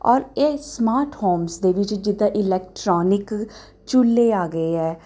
ਔਰ ਇਹ smart homes ਦੇ ਵਿੱਚ ਜਿੱਦਾਂ ਇਲੈਕਟਰੋਨਿਕ ਚੁੱਲੇ ਆ ਗਏ ਹੈ